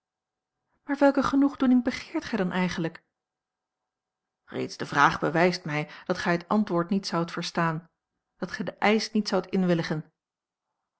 maar welke genoegdoening begeert gij dan eigenlijk reeds de vraag bewijst mij dat gij het antwoord niet zoudt verstaan dat gij den eisch niet zoudt inwilligen